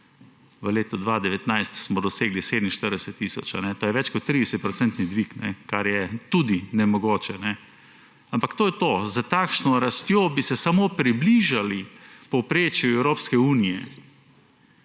V letu 2019 smo dosegli 47 tisoč, to je več kot 30-procenten dvig, kar je tudi nemogoče. Ampak to je to, s takšno rastjo bi se samo približali povprečju Evropske unije,